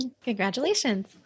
Congratulations